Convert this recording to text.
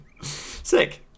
Sick